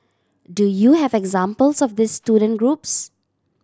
do you have examples of these student groups